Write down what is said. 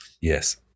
Yes